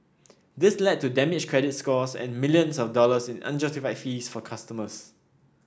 this led to damaged credit scores and millions of dollars in unjustified fees for customers